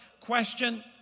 question